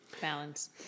balance